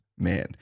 man